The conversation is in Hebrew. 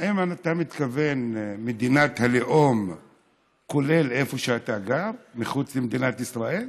האם אתה מתכוון למדינת הלאום כולל איפה שאתה גר מחוץ למדינת ישראל?